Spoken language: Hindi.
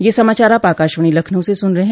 ब्रे क यह समाचार आप आकाशवाणी लखनऊ से सुन रहे हैं